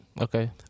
Okay